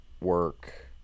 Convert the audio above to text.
work